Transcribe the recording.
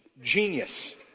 Genius